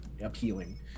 appealing